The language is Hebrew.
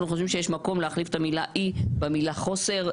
חושבים שיש מקום להחליף את המילה 'אי' במילה 'חוסר'.